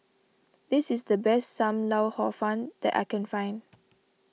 this is the best Sam Lau Hor Fun that I can find